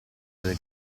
delle